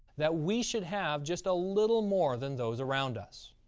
that we should have just a little more than those around us.